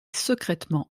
secrètement